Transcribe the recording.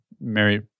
Mary